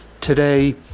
today